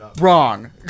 Wrong